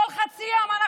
בכל חצי יום,